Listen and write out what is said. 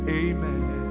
amen